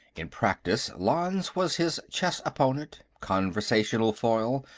in practice, lanze was his chess-opponent, conversational foil,